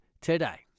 today